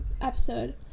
episode